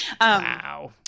Wow